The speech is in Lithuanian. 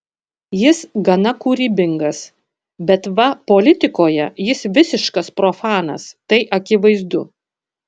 jis gana kūrybingas bet va politikoje jis visiškas profanas tai akivaizdu